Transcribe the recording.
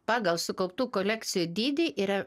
pagal sukauptų kolekcijų dydį yra